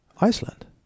Iceland